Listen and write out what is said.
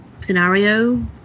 scenario